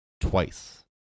Twice